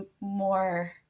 more